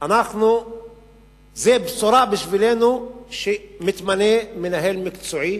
זאת בשורה עבורנו שמתמנה מנהל מקצועי,